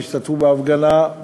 והשתתפו בהפגנה,